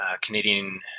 Canadian